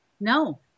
No